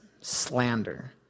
slander